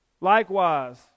Likewise